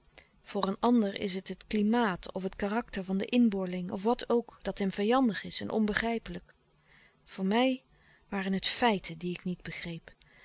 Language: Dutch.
voor een ander is het het klimaat of het karakter van den inboorling of wat ook dat hem vijandig is en onbegrijpelijk voor mij waren het feiten die ik niet begreep